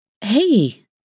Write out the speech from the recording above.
Hey